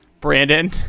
Brandon